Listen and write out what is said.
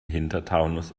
hintertaunus